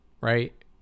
right